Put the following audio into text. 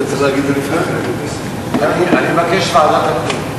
אני מבקש ועדת הפנים.